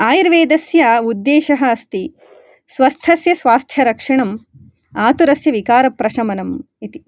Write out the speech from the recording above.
आयुर्वेदस्य उद्देशः अस्ति स्वस्थस्य स्वास्थ्यरक्षणम् आतुरस्य विकारप्रशमनम् इति